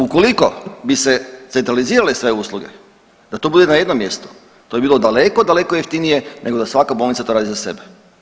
Ukoliko bi se centralizirale sve usluge, da to bude na jednom mjestu, to bi bilo daleko, daleko jeftinije nego da svaka bolnica to radi za sebe.